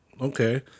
okay